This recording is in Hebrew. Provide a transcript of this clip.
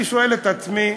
אני שואל את עצמי,